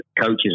coaches